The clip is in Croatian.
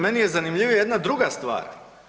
Meni je zanimljivije jedna druga stvar.